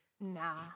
nah